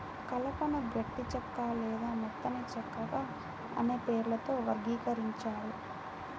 కలపను గట్టి చెక్క లేదా మెత్తని చెక్కగా అనే పేర్లతో వర్గీకరించారు